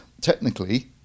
technically